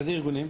איזה ארגונים?